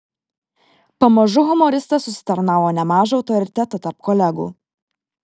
pamažu humoristas užsitarnavo nemažą autoritetą tarp kolegų